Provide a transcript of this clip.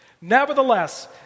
Nevertheless